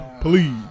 please